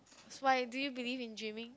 that's why do you believe in gymming